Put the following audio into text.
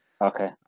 Okay